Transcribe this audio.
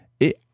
et